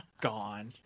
gone